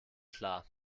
klar